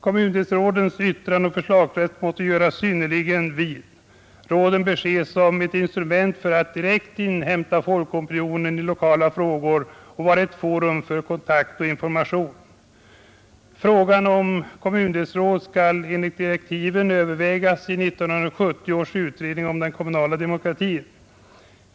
Kommundelsrädens yttrandeoch förslagsrätt måste göras synnerligen vid. Råden bör ses som ett instrument för att direkt inhämta folkopinionen i lokala frågor och vara ett forum för kontakt och information. Frågan om kommundelsråd skall enligt direktiven prövas av 1970 års utredning om den kommunala demokratin.